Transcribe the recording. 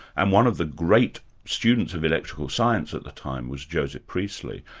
and one of the great students of electrical science at the time was joseph priestly,